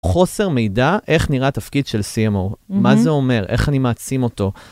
חוסר מידע, איך נראה התפקיד של CMO, מה זה אומר, איך אני מעצים אותו.